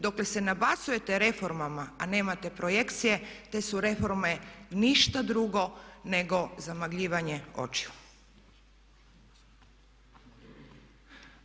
Dokle se nabacujete reformama a nemat projekcije te su reforme ništa drugo nego zamagljivanje očiju.